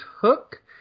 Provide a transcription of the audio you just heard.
Hook